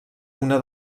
una